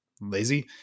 lazy